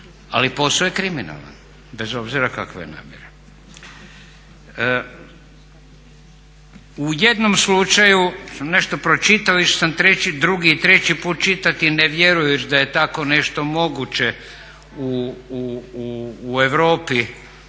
ali posao je kriminalan bez obzira kakva je namjera. U jednom slučaju sam nešto pročitao, išao sam drugi i treći put čitati ne vjerujući da je tako nešto moguće u Europi